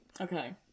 Okay